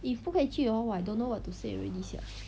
if 不可以去 hor !wah! I don't know what to say already sia